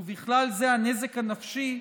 ובכלל זה הנזק הנפשי,